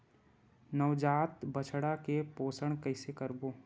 नवजात बछड़ा के पोषण कइसे करबो?